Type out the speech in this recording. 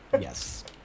yes